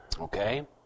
Okay